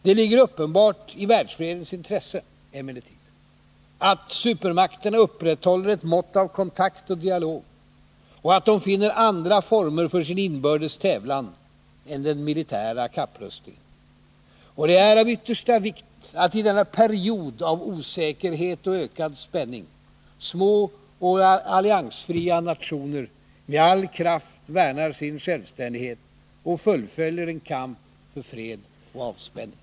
Det ligger uppenbart i världsfredens intresse emellertid att supermakterna upprätthåller ett mått av kontakt och dialog och att de finner andra former för sin inbördes tävlan än den militära kapprustningen. Och det är av yttersta vikt att i denna period av osäkerhet och ökad spänning små och alliansfria nationer med all kraft värnar sin självständighet och fullföljer en kamp för fred och avspänning.